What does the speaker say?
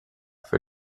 für